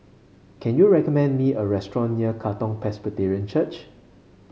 can you recommend me a restaurant near Katong Presbyterian Church